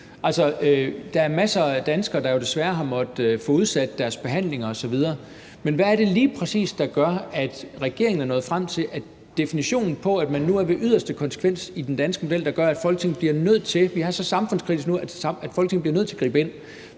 Der er masser af danskere, der desværre har måttet opleve at få udsat deres behandlinger osv., men hvad er det lige præcis, der gør, at regeringen er nået frem til, at definitionen på, at man nu er ved den yderste konsekvens i den danske model, er, at det er så samfundskritisk nu, at Folketinget bliver nødt til at gribe ind?